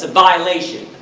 ah violation.